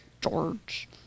George